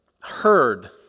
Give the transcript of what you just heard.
heard